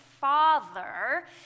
Father